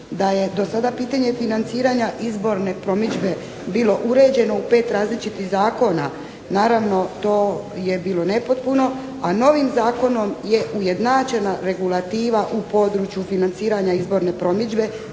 da je do sada pitanje financiranja izborne promidžbe bilo uređeno u pet različitih zakona. Naravno to je bilo nepotpuno, a novim zakonom je ujednačena regulativa u području financiranja izborne promidžbe,